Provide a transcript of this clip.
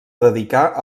dedicar